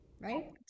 right